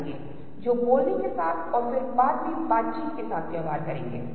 अब यह एक ऐसी चीज है जिसका हम बहुत उपयोग करते हैं जब हम दूरी की अवधारणा का अनुभव करते हैं